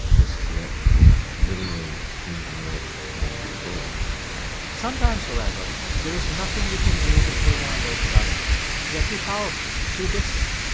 is to actually literally engineer it fully sometimes, however, there is nothing we can do to pull down those above us. they're too powerful, too distant.